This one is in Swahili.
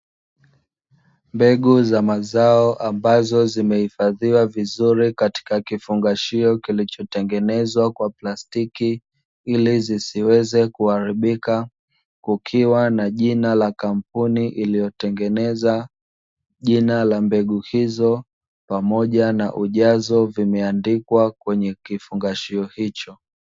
Mbegu za mazao ambazo zimehifadhiwa vizuri katika kifungashio kilichotengenezwa kwa plastiki ili zisiweze kuharibika, kukiwa na jina la kampuni iliyotengeneza, jina la mbegu hizo pamoja na ujazo vimeandikwa kwenye kifungashio hicho.